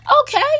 okay